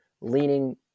leaning